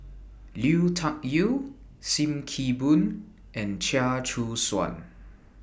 Liu Tuck Yew SIM Kee Boon and Chia Choo Suan